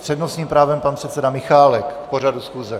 S přednostním právem pan předseda Michálek k pořadu schůze.